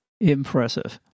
Impressive